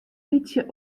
bytsje